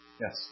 Yes